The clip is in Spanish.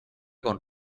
con